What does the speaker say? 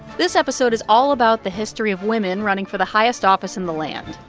this episode is all about the history of women running for the higest office in the land.